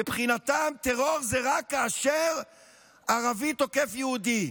מבחינתם טרור הוא רק כאשר ערבי תוקף יהודי.